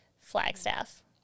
Flagstaff